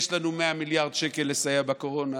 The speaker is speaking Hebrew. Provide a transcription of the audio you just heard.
יש לנו 100 מיליארד שקל לסייע בקורונה,